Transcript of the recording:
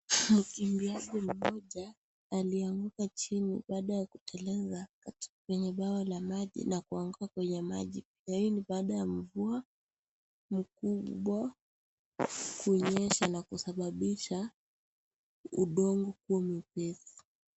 Mkimbiaji mmoja alianguka chini baada ya kuteleza kwenye bwawa la maji na kuanguka kwenye maji, hii ni baada ya mvua mkubwa kunyesha na kusababisha udongo kuwa mwepesi.